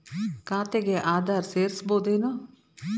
ಖಾತೆಗೆ ಆಧಾರ್ ಸೇರಿಸಬಹುದೇನೂ?